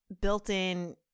built-in